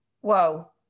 whoa